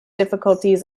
difficulties